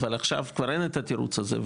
אבל עכשיו כבר אין את התירוץ הזה.